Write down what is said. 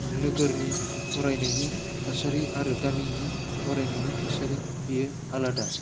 नोगोरनि फरायनायनि थासारि आरो गामिनि फरायनायनि थासारि बेयो आलादा